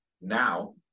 Now